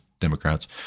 Democrats